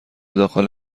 داخل